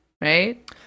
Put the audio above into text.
right